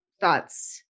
thoughts